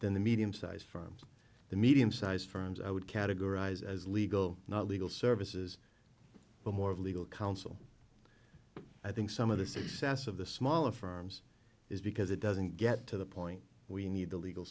than the medium sized firms the medium sized firms i would categorize as legal not legal services but more of legal counsel i think some of the success of the smaller firms is because it doesn't get to the point we need the legal